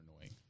annoying